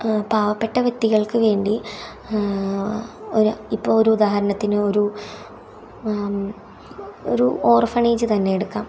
ഈ പാവപ്പെട്ട വ്യക്തികൾക്കു വേണ്ടി ഒരു ഇപ്പം ഒരു ഉദാഹരണത്തിന് ഒരു ഓർഫനേജ് തന്നെയെടുക്കാം